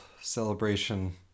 celebration